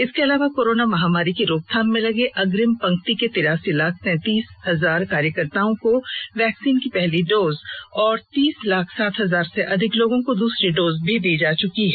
इसके अलावा कोरोना महामारी की रोकथाम में लगे अग्रिम पंक्ति के तिरासी लाख तैंतीस हजार कार्यकर्ताओं को वैक्सीन की पहली डोज और तीस लाख सात हजार से अधिक दूसरी डोज भी दी जा चुकी है